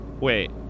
wait